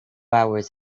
hours